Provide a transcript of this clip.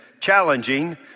challenging